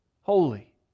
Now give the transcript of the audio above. holy